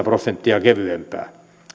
prosenttia kevyempää